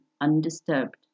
undisturbed